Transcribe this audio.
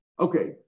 Okay